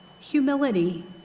humility